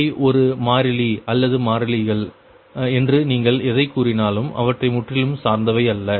அவை ஒரு மாறிலி அல்லது மாறிகள் என்று நீங்கள் எதை கூறினாலும் அவற்றை முற்றிலும் சார்ந்தவை அல்ல